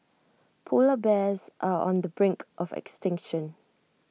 Polar Bears are on the brink of extinction